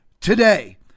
today